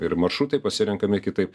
ir maršrutai pasirenkami kitaip